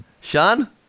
Sean